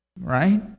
right